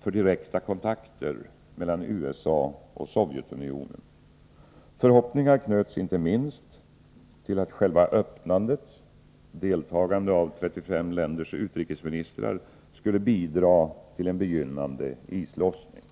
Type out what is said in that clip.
för direkta kontakter mellan USA och Sovjetunionen. Förhoppningar knöts inte minst till att själva öppnandet, med deltagande av de 35 ländernas utrikesministrar, skulle bidra till en begynnande islossning.